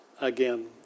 again